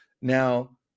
Now